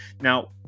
now